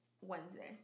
Wednesday